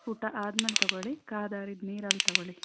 ಊಟ ಆದ್ಮೇಲೆ ತಗೊಳ್ಳಿ ಕಾದಾರಿದ ನೀರಲ್ಲಿ ತಗೊಳ್ಳಿ